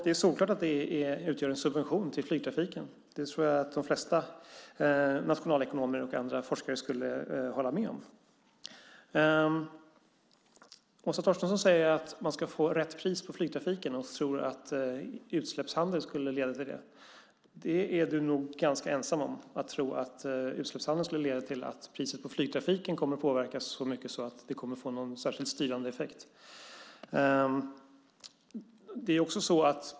Det är solklart att det utgör en subvention till flygtrafiken. Det tror jag att de flesta nationalekonomer och andra forskare skulle hålla med om. Åsa Torstensson säger att man ska få rätt pris på flygtrafiken och tror att utsläppshandel skulle leda till det. Du är nog ganska ensam om att tro att utsläppshandeln kommer leda till att priset på flygtrafiken kommer att påverkas så mycket att det kommer att få något särskilt styrande effekt.